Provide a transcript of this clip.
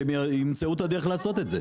שהם ימצאו את הדרך לעשות את זה.